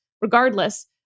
regardless